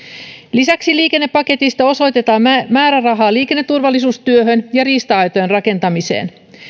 lisäksi liikennepaketista osoitetaan määrärahaa liikenneturvallisuustyöhön ja riista aitojen rakentamiseen